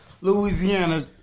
Louisiana